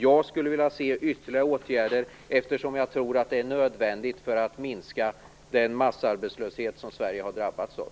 Jag skulle vilja se ytterligare åtgärder, eftersom jag tror att det är nödvändigt för att minska den massarbetslöshet som Sverige har drabbats av.